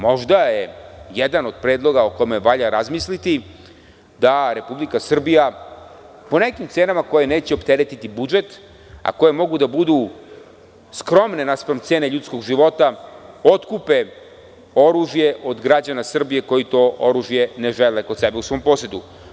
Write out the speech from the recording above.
Možda je jedan od predloga, o kome treba razmisliti, da Republika Srbija po nekim cenama koje neće opteretiti budžet, a koje mogu da budu skromne naspram cena ljudskog života otkupe oružje od građana Srbije koji to oružje ne žele kod sebe u svom posedu.